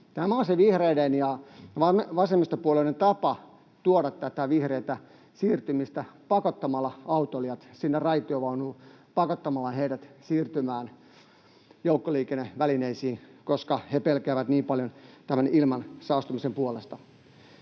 Tämä on se vihreiden ja vasemmistopuolueiden tapa tuoda tätä vihreää siirtymistä — pakottamalla autoilijat sinne raitiovaunuun, pakottamalla heidät siirtymään joukkoliikennevälineisiin — koska he pelkäävät niin paljon ilman saastumisen puolesta.